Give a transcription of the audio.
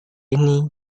ini